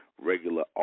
regular